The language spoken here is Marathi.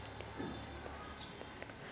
आर.टी.जी.एस भरनं सोप हाय का?